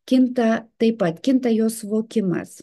kinta taip pat kinta jo suvokimas